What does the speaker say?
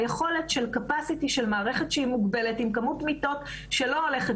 היכולת של קיבולת של מערכת מוגבלת עם כמות מיטות שלא הולכת